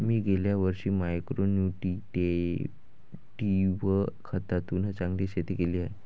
मी गेल्या वर्षी micro nutritive खतातून चांगले शेती केली आहे